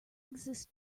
exist